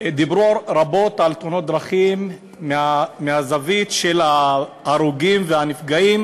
דיברו רבות על תאונות דרכים מהזווית של ההרוגים והנפגעים,